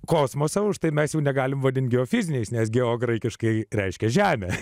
kosmosą už tai mes jau negalime vadinti geofiziniais nes geo graikiškai reiškia žemę